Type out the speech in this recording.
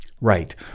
Right